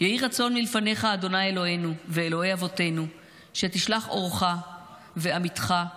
יהי רצון מלפניך ה' אלוהינו ואלוהי אבותינו שתשלח אורך ואמתך לראשיה,